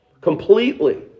completely